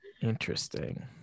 Interesting